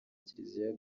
kiliziya